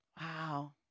Wow